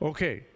Okay